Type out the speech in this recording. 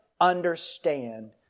understand